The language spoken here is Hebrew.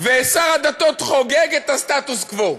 ושר הדתות חוגג את הסטטוס-קוו,